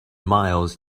miles